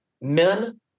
men